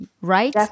right